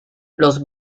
los